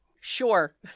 Sure